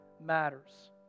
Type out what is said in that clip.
matters